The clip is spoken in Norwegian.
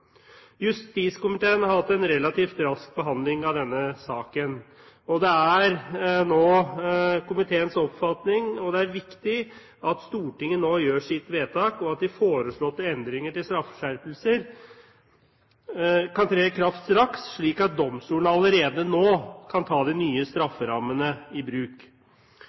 Justiskomiteen har hatt en relativt rask behandling av denne saken. Det er nå viktig at Stortinget gjør sitt vedtak, og at de foreslåtte endringer til straffeskjerpelser kan tre i kraft straks, slik at domstolene allerede nå kan ta de nye strafferammene i bruk.